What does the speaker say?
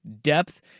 depth